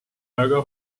väga